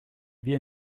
wir